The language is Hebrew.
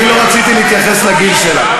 אני לא רציתי להתייחס לגיל שלה.